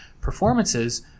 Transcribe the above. performances